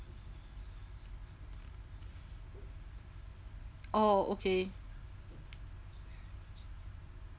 orh okay